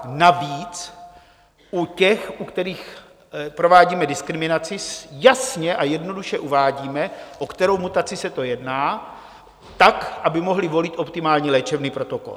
Navíc u těch, u kterých provádíme diskriminaci, jasně a jednoduše uvádíme, o kterou mutaci se jedná, aby mohli volit optimální léčebný protokol.